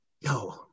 yo